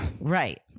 right